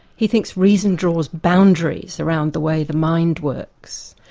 he thinks reason draws boundaries around the way the mind works.